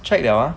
check liao ah